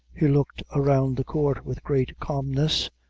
he looked around the court with great calmness,